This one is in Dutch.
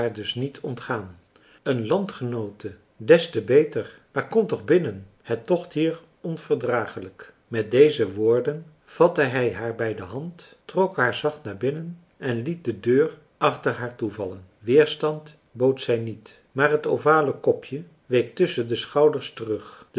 dus niet ontgaan een landgenoote des te beter maar kom toch binnen het tocht hier onverdragelijk met deze woorden vatte hij haar bij de hand trok haar zacht naar binnen en liet de deur achter haar toevallen weerstand bood zij niet maar het ovale kopje week tusschen de schouders terug